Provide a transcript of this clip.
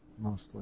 mostly